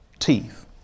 teeth